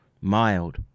mild